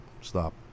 Stop